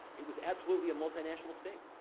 it was absolutely a multi-national state.